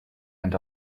end